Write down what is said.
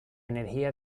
energía